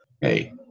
hey